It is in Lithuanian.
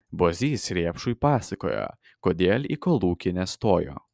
bozys rėpšui pasakojo kodėl į kolūkį nestojo